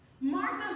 Martha